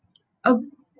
um